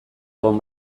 egon